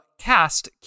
Cast